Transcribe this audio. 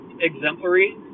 exemplary